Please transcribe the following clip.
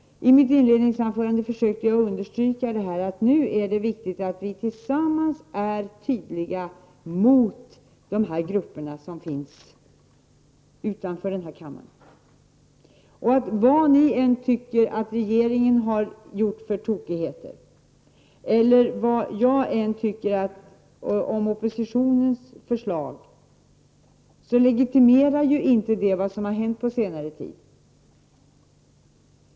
I mitt anledningsanförande försökte jag i stället understryka att det är viktigt att vi nu tillsammans är tydliga gentemot vissa grupper utanför denna kammare. Vilka tokigheter ni än tycker att regeringen har gjort och vad jag än tycker om oppositionens förslag så legitimerar det inte vad som har hänt under den senaste tiden.